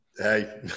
Hey